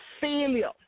failure